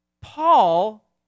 Paul